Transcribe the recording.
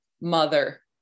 mother